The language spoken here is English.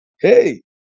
hey